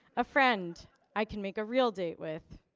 a friend i can make a real date with.